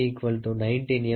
D 19 M